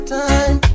time